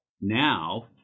now